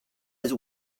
his